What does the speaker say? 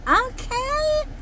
okay